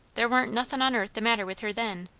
there warn't nothin' on earth the matter with her then.